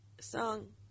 song